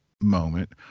moment